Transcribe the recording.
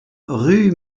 rue